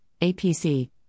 APC